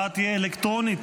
היא הצבעה אלקטרונית.